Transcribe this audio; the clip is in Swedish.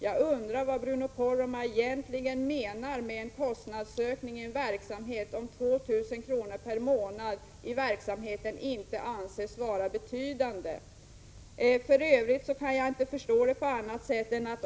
Jag undrar vad Bruno Poromaa egentligen menar med kostnadsökning, om 2 000 kr. per månad i en verksamhet inte anses vara en betydande kostnadsökning.